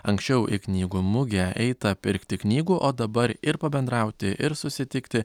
anksčiau į knygų mugę eita pirkti knygų o dabar ir pabendrauti ir susitikti